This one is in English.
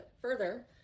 further